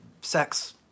sex